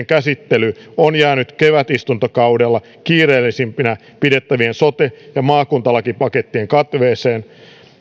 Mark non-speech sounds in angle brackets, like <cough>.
<unintelligible> käsittely on jäänyt kevätistuntokaudella kiirellisempinä pidettyjen sote ja maakuntalakipakettien katveeseen